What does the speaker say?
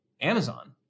Amazon